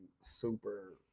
super